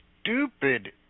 stupid